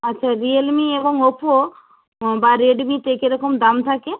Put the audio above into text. আচ্ছা রিয়েলমি এবং ওপো বা রেডমিতে কেরকম দাম থাকে